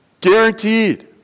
Guaranteed